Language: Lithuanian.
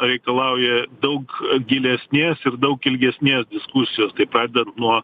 reikalauja daug gilesnės ir daug ilgesnės diskusijos tai pradedant nuo